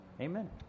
Amen